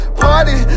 party